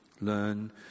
Learn